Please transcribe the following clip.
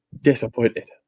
disappointed